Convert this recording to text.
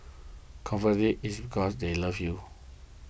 conversely it's because they love you